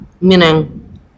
meaning